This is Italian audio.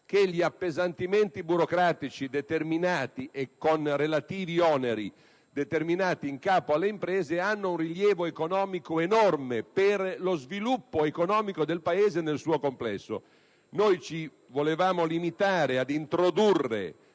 che gli appesantimenti burocratici, con relativi oneri per le imprese, hanno un rilievo economico enorme per lo sviluppo economico del Paese nel suo complesso. Noi vorremmo limitarci ad introdurre